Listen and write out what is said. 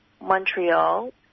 Montreal